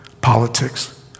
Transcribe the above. politics